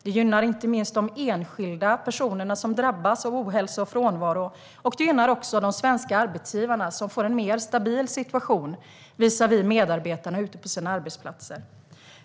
Det gynnar inte minst de enskilda personer som drabbas av ohälsa och frånvaro, och det gynnar också de svenska arbetsgivarna, som får en mer stabil situation visavi medarbetarna ute på arbetsplatserna.